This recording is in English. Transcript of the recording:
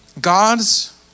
God's